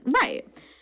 Right